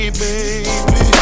baby